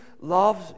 loves